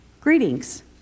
Greetings